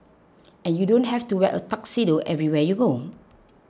and you don't have to wear a tuxedo everywhere you go